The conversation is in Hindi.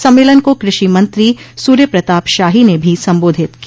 सम्मेलन को कृषि मंत्री सूर्य प्रताप शाही ने भी सम्बोधित किया